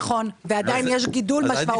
נכון ועדיין יש גידול משמעותי.